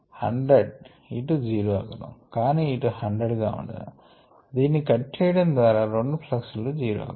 100 ఇటు 0 అగును కానీ ఇటు 100 గ ఉండును దీనిని కట్ చేయడం ద్వారా రెండు ప్లక్స్ లు 0 అగును